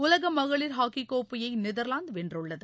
உலகக் மகளிர் ஹாக்கி கோப்பையை நெதர்லாந்து வென்றுள்ளது